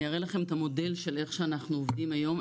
אראה לכם את המודל של איך שאנחנו עובדים היום,